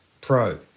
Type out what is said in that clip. Pro